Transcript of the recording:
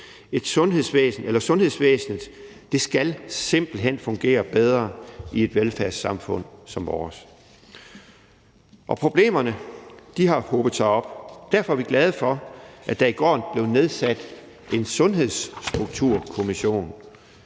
Sundhedsvæsenet skal simpelt hen fungere bedre i et velfærdssamfund som vores. Problemerne har hobet sig op. Derfor er vi glade for, at der i går blev nedsat en Sundhedsstrukturkommission,